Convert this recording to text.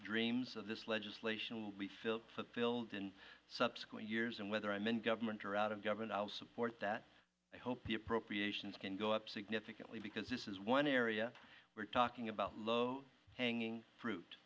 dreams of this legislation will be filled in subsequent years and whether i mean government or out of government i will support that i hope the appropriations can go up significantly because this is one area we're talking about low hanging fruit